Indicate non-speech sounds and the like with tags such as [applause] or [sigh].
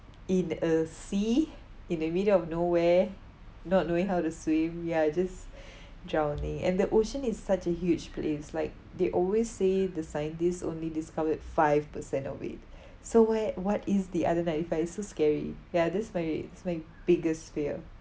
in a sea in the middle of nowhere not knowing how to swim ya just [breath] drowning and the ocean is such a huge place like they always say the scientists only discovered five percent of it so where what is the other ninety five it's so scary ya this is my this is my biggest fear